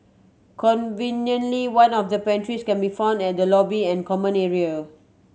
conveniently one of the pantries can be found at the lobby and common area